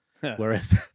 Whereas